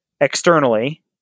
externally